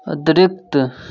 अतिरिक्त